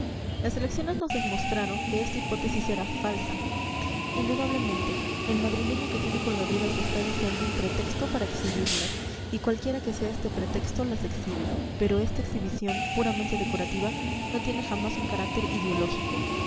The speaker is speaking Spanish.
las elecciones nos demostraron que esta hipótesis era falsa indudablemente el madrileño que tiene colgaduras está deseando un pretexto para exhibirlas y cualquiera que sea este pretexto las exhibe pero esta exhibición puramente decorativa no tiene jamás un carácter ideológico